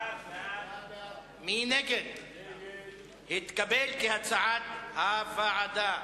הסעיף התקבל, כהצעת הוועדה.